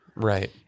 Right